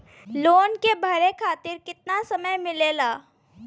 Loan के भरे खातिर कितना समय मिलेला?